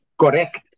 correct